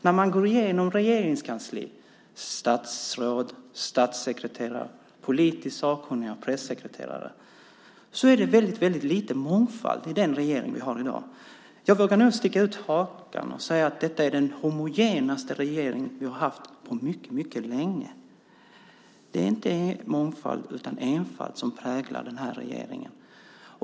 När man går igenom Regeringskansliet och tittar på statsråd, statssekreterare, politiskt sakkunniga och pressekreterare ser man att det är väldigt lite mångfald i den regering som vi har i dag. Jag vågar nog sticka ut hakan och säga att detta är den mest homogena regering vi har haft på mycket länge. Det är inte mångfald utan enfald som präglar den här regeringen.